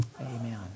Amen